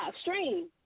stream